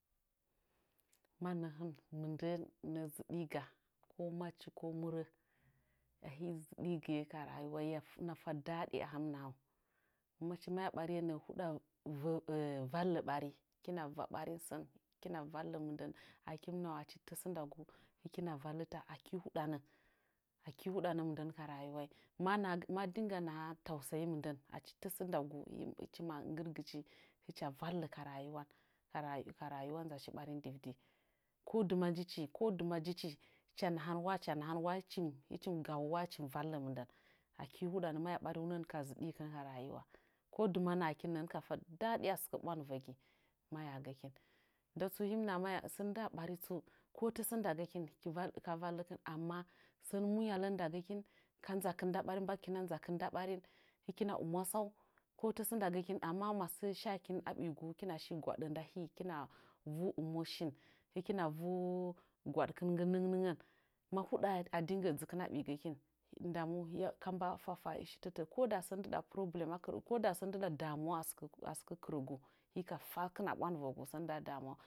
Mannə hɨn mɨndə nəə zɨdi ga ko machi ko murə ahi zɨɗigɨye ka rayuwa hɨna hɨna fadadi ahɨim nahau machi maya ɓariye nəə huɗa kina va ɓarin sən kɨna valle mɨndən ahikin nahau, tasə ndagu kina vallita aki hu aki huɗanə anə mɨndən ka rayuwain ma nahama din ga naha tausayi mɨndən achitasə ndagu hɨchima ngɨrgɨchi hɨcha valle ka rayuwanka rayuwa nzachi barin dɨndi ko dɨma njichi ko dɨma jichi hɨcla nahanwa hɨcha nahanwa hɨchimhɨchim gahowa hɨchim valle mɨndən aki huɗanə maya ɓariunəngən ka zɨɗikɨn ka rayuwa ko dɨma nahakin nə hɨn kafa daɗi a sɨkə ɓwandɨvəgi mayagəkin nda tsu hɨm naha maya sən indɨɗa bari tsu ko tasə ndagəkin ka vallikin amana sən muyalle ndagəkin ka nzakin nda ɓarin mbagɨkina nzakɨn nda ɓarin hɨkina ɨmwasau ko tasə ndagəkin amma masə shakin a ɓigu hɨkinashi gwaɗə nda hi hɨkina vu ɨmos nin hɨkina vu gwaɗkɨn nggi nɨn niggən ma huɗa'a a digeye dzɨkin aɓigəkin ndamu kamba a fafai shitətə'ə ko da sən ndɨɗa problem a kɨrəgu ko da sən ndɨda damuwa asɨkə kɨrəgu hɨka fakɨn asɨkə ɓwandɨ vəgu